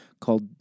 called